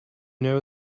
know